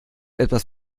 etwas